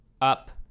up